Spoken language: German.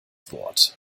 wort